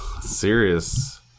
serious